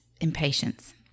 impatience